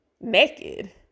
naked